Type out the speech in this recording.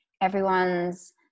Everyone's